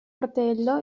fratello